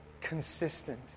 consistent